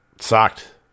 Sucked